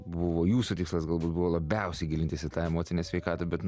buvo jūsų tikslas galbūt buvo labiausiai gilintis į tą emocinę sveikatą bet